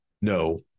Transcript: No